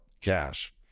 cash